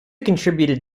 contributed